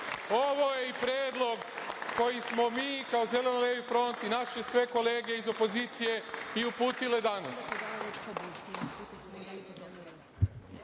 Ovo je i predlog koji smo mi kao Zeleno-levi front i naše sve kolege iz opozicije i uputile danas. Dakle,